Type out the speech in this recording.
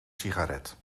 sigaret